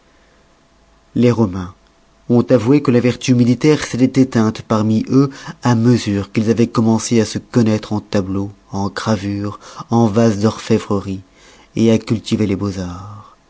les romains ont avoué que la vertu militaire s'étoit éteinte parmi eux à mesure qu'ils avoient commencé à se connoître en tableaux en gravures en vases d'orfèvrerie à cultiver les beaux-arts